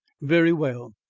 very well.